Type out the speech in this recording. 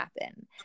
happen